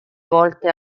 volte